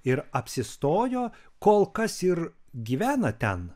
ir apsistojo kol kas ir gyvena ten